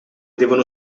devono